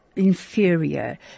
Inferior